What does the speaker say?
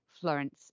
florence